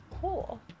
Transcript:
cool